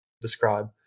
describe